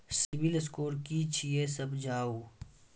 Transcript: Civil score कि छियै समझाऊ?